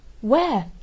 Where